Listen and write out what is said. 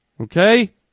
Okay